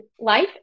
life